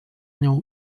nią